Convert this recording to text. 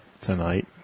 tonight